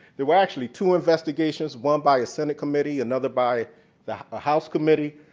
there were actually two investigations one by a senate committee, another by the house committee.